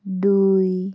দুই